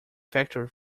factory